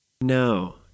No